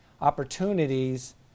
opportunities